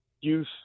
youth